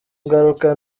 ngaruka